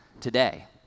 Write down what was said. today